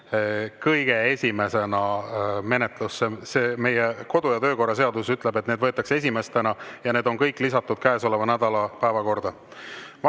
kõige esimesena menetlusse. Meie kodu- ja töökorra seadus ütleb, et need võetakse esimestena, ja need on kõik lisatud käesoleva nädala päevakorda.